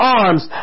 arms